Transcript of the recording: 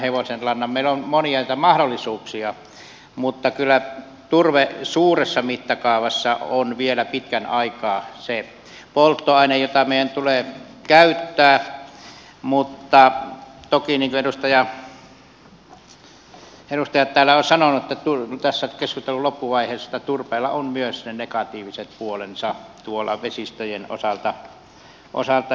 meillä on näitä monia mahdollisuuksia mutta kyllä turve suuressa mittakaavassa on vielä pitkän aikaa se polttoaine jota meidän tulee käyttää mutta toki niin kuin edustajat ovat tässä keskustelun loppuvaiheessa sanoneet turpeella on myös ne negatiiviset puolensa tuolla vesistöjen osalta